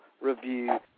review